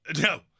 No